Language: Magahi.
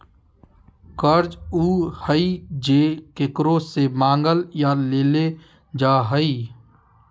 कर्ज उ हइ जे केकरो से मांगल या लेल जा हइ